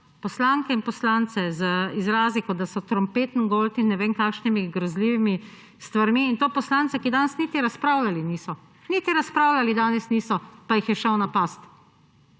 poslanke in poslance z izrazi, kot da so trompetengold in ne vem s kakšnimi grozljivimi stvarmi. In to poslance, ki danes niti razpravljali niso; niti razpravljali danes niso, pa jih je napadal.